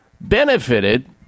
benefited